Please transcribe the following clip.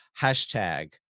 hashtag